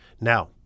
Now